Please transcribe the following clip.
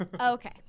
Okay